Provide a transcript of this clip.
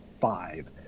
five